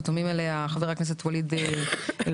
חתומים עליה חברי הכנסת ואליד שלהואשלה,